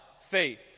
faith